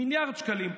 מיליארד שקלים.